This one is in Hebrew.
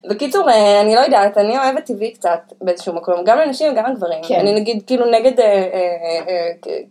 בקיצור אני לא יודעת אני אוהבת טבעי קצת באיזשהו מקום גם לאנשים גם לגברים כן אני נגיד כאילו נגד